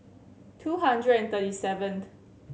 two hundred and thirty seventh